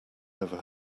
over